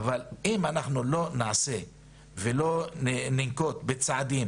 אבל אם אנחנו לא נעשה ולא ננקוט בצעדים